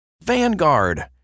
Vanguard